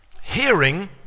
Hearing